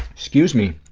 excuse me.